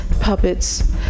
Puppets